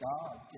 God